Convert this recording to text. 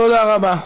תודה רבה.